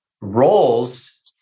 roles